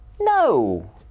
No